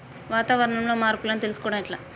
వాతావరణంలో మార్పులను తెలుసుకోవడం ఎట్ల?